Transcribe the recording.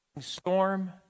storm